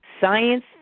Science